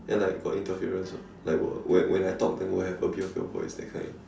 and like got interference [what] like when I talk will have a bit of your voice that kind